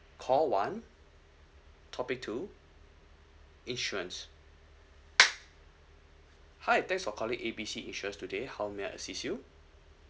call one topic two insurance hi thanks for calling A B C insurance today how may I assist you